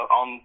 on